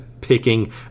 picking